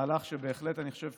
מהלך שבהחלט אני חושב